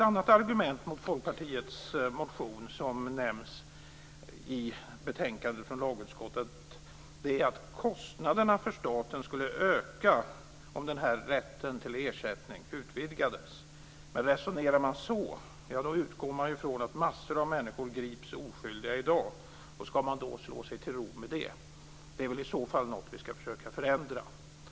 Ett argument mot Folkpartiets motion som nämns i betänkandet från lagutskottet är att kostnaderna för staten skulle öka om den här rätten till ersättning utvidgades. Men om man resonerar så utgår man ju ifrån att massor av människor grips oskyldiga i dag. Ska man då slå sig till ro med det? Det är väl i så fall något vi ska försöka förändra?